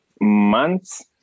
months